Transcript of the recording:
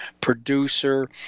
producer